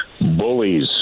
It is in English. Bullies